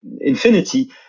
infinity